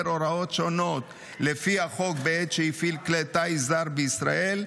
הוראות שונות לפי החוק בעת שהפעיל כלי טיס זר בישראל,